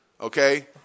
Okay